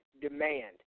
demand